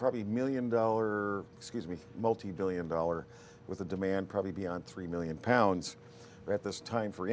probably a million dollars or excuse me multibillion dollar with a demand probably beyond three million pounds at this time for